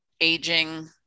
aging